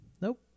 Nope